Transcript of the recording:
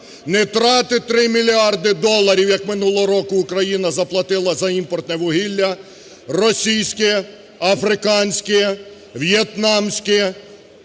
Не тратити 3 мільярди доларів, як минулого року Україна заплатила за імпортне вугілля – російське, африканське, в'єтнамське,